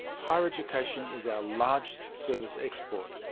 higher education is our largest service export,